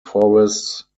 forests